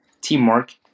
teamwork